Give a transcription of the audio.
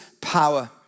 power